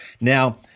Now